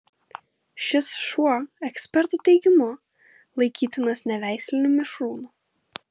šis šuo ekspertų teigimu laikytinas neveisliniu mišrūnu